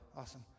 Awesome